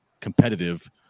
competitive